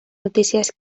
notícies